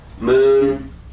moon